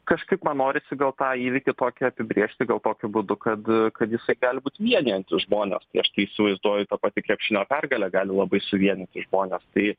kažkaip man norisi gal tą įvykį tokį apibrėžti gal tokiu būdu kad kad jisai gali būt vienijantis žmones tai aš tai įsivaizduoju ta pati krepšinio pergalė gali labai suvienyti žmones tai